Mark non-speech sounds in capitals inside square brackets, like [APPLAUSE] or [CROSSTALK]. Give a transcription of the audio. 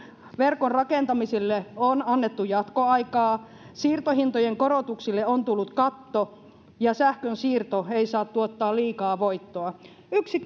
verkon rakentamisille on annettu jatkoaikaa siirtohintojen korotuksille on tullut katto ja sähkönsiirto ei saa tuottaa liikaa voittoa yksi [UNINTELLIGIBLE]